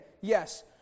yes